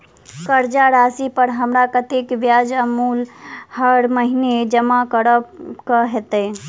कर्जा राशि पर हमरा कत्तेक ब्याज आ मूल हर महीने जमा करऽ कऽ हेतै?